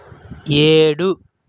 ఏడు